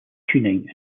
tuning